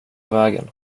vägen